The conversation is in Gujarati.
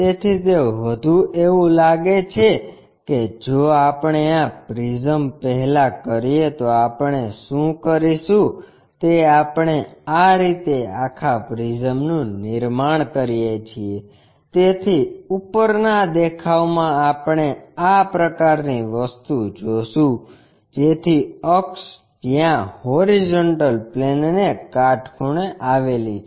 તેથી તે વધુ એવું લાગે છે કે જો આપણે આ પ્રિઝમ પહેલા કરીએ તો આપણે શું કરીશું તે આપણે આ રીતે આખા પ્રિઝમનું નિર્માણ કરીએ છીએ તેથી ઉપરના દેખાવમાં આપણે આ પ્રકારની વસ્તુ જોશું જેથી અક્ષ જ્યાં HP ને કાટખૂણે આવેલી છે